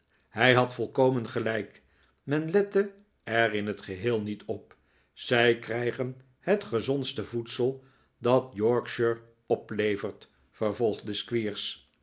hij had volkomen gelijk men lette er in het geheel niet op zij krijgen het gezondste voedsel dat yorkshire oplevert